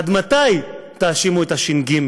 עד מתי תאשימו את הש"ג?